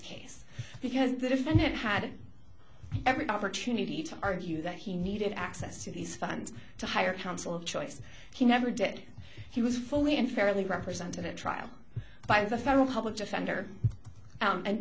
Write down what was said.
case because the defendant had every opportunity to argue that he needed access to these funds to hire counsel of choice he never did he was fully and fairly represented in trial by the federal public defender